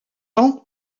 ans